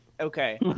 Okay